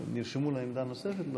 נרשמו לעמדה נוספת?